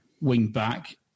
wing-back